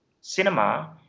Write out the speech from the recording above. cinema